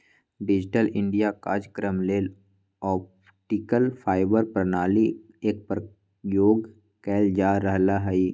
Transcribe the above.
digital India काजक्रम लेल optical fibre प्रणाली एक प्रयोग कएल जा रहल हइ